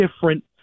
different